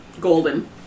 Golden